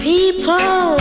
People